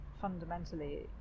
fundamentally